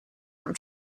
from